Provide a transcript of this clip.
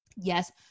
yes